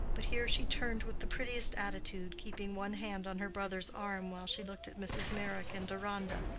but here she turned with the prettiest attitude, keeping one hand on her brother's arm while she looked at mrs. meyrick and deronda.